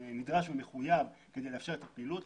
נדרש ומחויב כדי לאפשר את הפעילות של הרשויות.